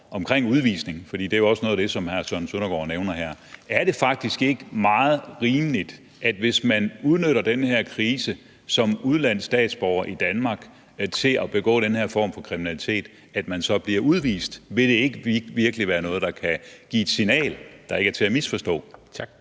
om udvisning, for det er også noget af det, som hr. Søren Søndergaard nævner her. Er det ikke meget rimeligt, at man, hvis man udnytter den her krise som udenlandsk statsborger i Danmark til at begå den her form for kriminalitet, bliver udvist? Vil det ikke virkelig være noget, der giver et signal, der ikke er til at misforstå? Kl.